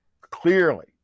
Clearly